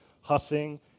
huffing